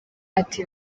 ati